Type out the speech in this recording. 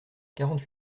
quarante